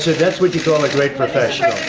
said, that's what you call a great professional.